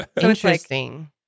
Interesting